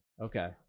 Okay